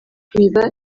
biba